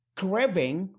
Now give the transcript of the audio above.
craving